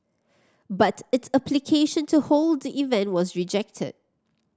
but its application to hold the event was rejected